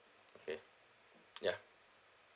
okay ya